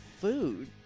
food